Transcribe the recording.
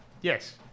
yes